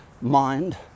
mind